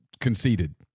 conceded